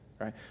right